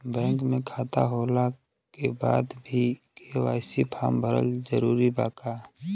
Bank में खाता होला के बाद भी के.वाइ.सी फार्म भरल जरूरी बा का?